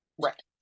Right